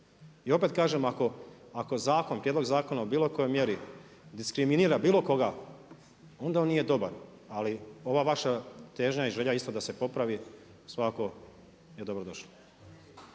I opet kažem ako zakon, prijedlog zakona o bilo kojoj mjeri diskriminira bilo koga onda on nije dobar. Ali ova vaša težnja i želja isto da se popravi svakako je dobro došla.